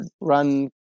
run